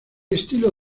estilo